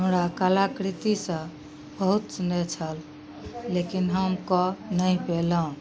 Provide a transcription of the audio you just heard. हमरा कलाकृतिसँ बहुत स्नेह छल लेकिन हम कऽ नहि पेलहुॅं